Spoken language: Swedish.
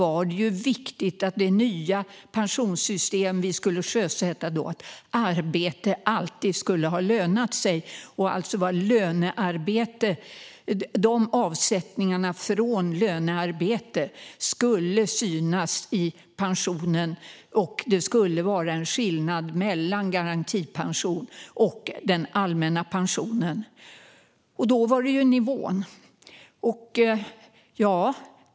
När det gällde det nya pensionssystem som vi skulle sjösätta var det viktigt att arbete alltid skulle löna sig och att avsättningar från lönearbete skulle synas i pensionen. Det skulle vara en skillnad mellan garantipension och den allmänna pensionen. Då handlade det alltså om nivån.